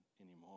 anymore